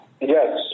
Yes